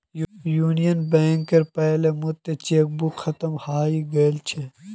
union बैंकेर पहला मुक्त चेकबुक खत्म हइ गेल छ